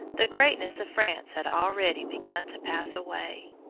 the greatness of france had already begun to pass away.